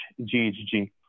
GHG